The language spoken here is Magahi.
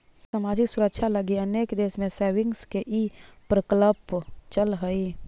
सामाजिक सुरक्षा लगी अनेक देश में सेविंग्स के ई प्रकल्प चलऽ हई